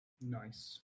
Nice